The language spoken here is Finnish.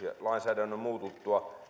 lainsäädännön muututtua